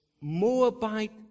Moabite